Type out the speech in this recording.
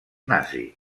nazi